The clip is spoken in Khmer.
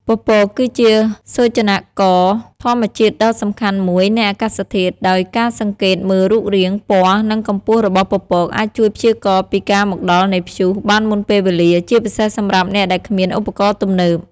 ពពកគឺជាសូចនាករធម្មជាតិដ៏សំខាន់មួយនៃអាកាសធាតុ ដោយការសង្កេតមើលរូបរាង ពណ៌ និងកម្ពស់របស់ពពកអាចជួយព្យាករណ៍ពីការមកដល់នៃព្យុះបានមុនពេលវេលា ជាពិសេសសម្រាប់អ្នកដែលគ្មានឧបករណ៍ទំនើប។